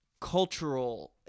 cultural